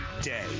day